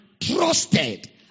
trusted